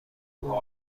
اون